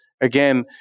Again